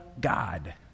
God